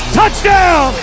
touchdown